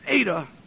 Ada